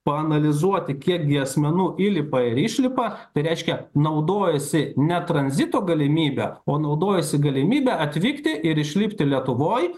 paanalizuoti kiek gi asmenų įlipa ir išlipa tai reiškia naudojasi ne tranzito galimybe o naudojosi galimybe atvykti ir išlipti lietuvoj